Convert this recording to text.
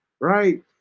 right